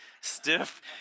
Stiff